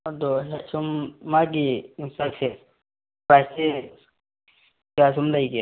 ꯑꯗꯣ ꯁꯨꯝ ꯃꯥꯒꯤ ꯌꯣꯡꯆꯥꯛꯁꯦ ꯄ꯭ꯔꯥꯏꯁꯦ ꯀꯌꯥ ꯁꯨꯝ ꯂꯩꯒꯦ